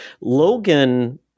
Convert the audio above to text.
Logan